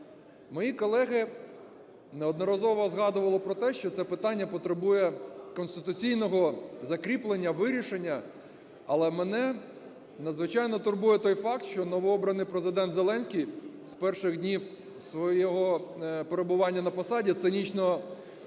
Мої колеги неодноразово згадували про те, що це питання потребує конституційного закріплення, вирішення. Але мене надзвичайно турбує той факт, що новообраний Президент Зеленський з перших днів свого перебування на посаді цинічно порушує